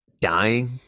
dying